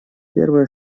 первое